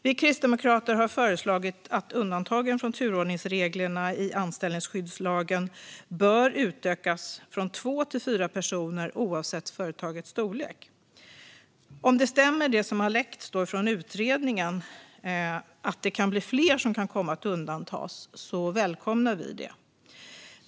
Vi kristdemokrater har föreslagit att undantagen från turordningsreglerna i anställningsskyddslagen ska utökas från två till fyra personer, oavsett företagets storlek. Om det stämmer som läckt från utredningen att det kan bli fler som kan komma att undantas välkomnar vi det.